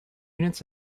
units